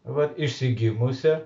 va išsigimusią